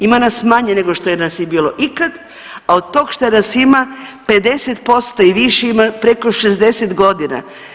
Ima nas manje nego što nas je bilo ikad, a od tog što nas ima 50% i više ima preko 60 godina.